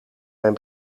mijn